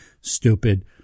stupid